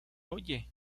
oye